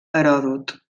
heròdot